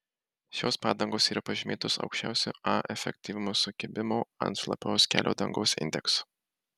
šios padangos yra pažymėtos aukščiausiu a efektyvumo sukibimo ant šlapios kelio dangos indeksu